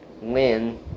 win